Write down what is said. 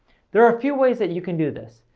there are a few ways that you can do this.